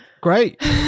Great